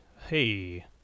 hey